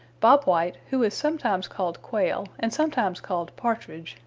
bob white, who is sometimes called quail and sometimes called partridge,